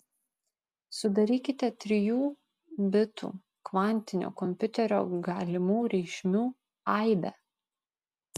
sudarykite trijų bitų kvantinio kompiuterio galimų reikšmių aibę